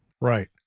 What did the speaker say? Right